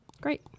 Great